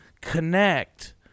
connect